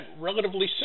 relatively